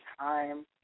time